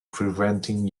preventing